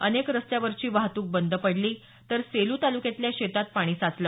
अनेक रस्त्यावरची वाहतूक बंद पडली तर सेलू तालुक्यातल्या शेतात पाणी साचले